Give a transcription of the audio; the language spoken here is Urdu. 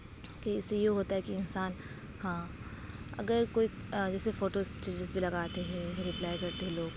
کہ اس سے یہ ہوتا ہے کہ انسان ہاں اگر کوئی جیسے فوٹو اسٹیٹس پہ لگاتے ہیں ریپلائی کرتے ہیں لوگ